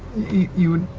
you'd